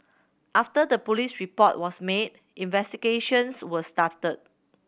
after the police report was made investigations were started